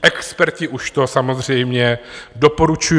Experti už to samozřejmě doporučují.